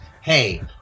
hey